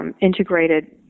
Integrated